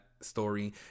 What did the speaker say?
story